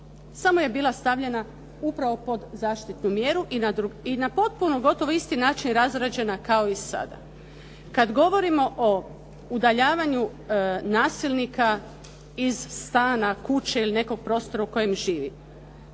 samo je bila stavljena upravo pod zaštitnu mjeru i na potpuno gotovo isti način razrađena kao i sada. Kad govorimo o udaljavanju nasilnika iz stana, kuće ili nekog prostora u kojem živi,